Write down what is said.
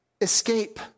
escape